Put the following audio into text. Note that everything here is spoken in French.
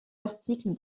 articles